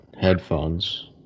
headphones